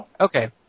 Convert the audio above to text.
Okay